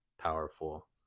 powerful